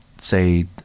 say